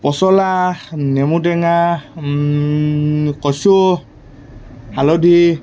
পচলা নেমু টেঙা কচু হালধি